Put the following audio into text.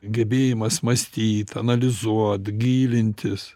gebėjimas mąstyt analizuot gilintis